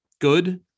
good